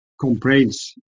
complaints